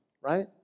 right